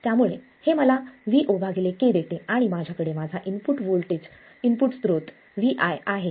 त्यामुळे हे मला Vo k देते आणि माझ्याकडे माझा इनपुट स्त्रोत Vi आहे